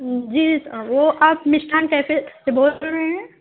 جی وہ آپ مسٹھان کیفے سے بول رہے ہیں